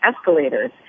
escalators